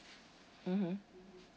mmhmm